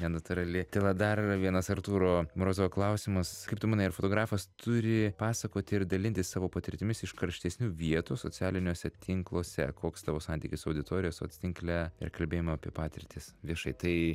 nenatūrali tyla dar vienas artūro marozovo klausimas kaip tu manai ar fotografas turi pasakoti ir dalintis savo patirtimis iš karštesnių vietų socialiniuose tinkluose koks tavo santykis su auditorija soc tinkle ir kalbėjimo apie patirtis viešai tai